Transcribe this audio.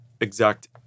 exact